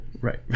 right